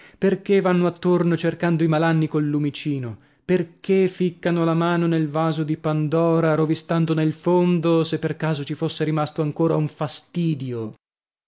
perchè vanno attorno cercando i malanni col lumicino perchè ficcano la mano nel vaso di pandora rovistando nel fondo se per caso ci fosse rimasto ancora un fastidio